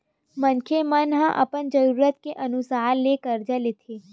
मनखे मन ह अपन जरूरत के अनुसार ले करजा लेथे